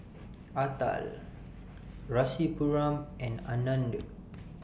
Atal Rasipuram and Anand